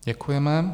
Děkujeme.